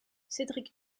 cédric